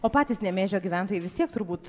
o patys nemėžio gyventojai vis tiek turbūt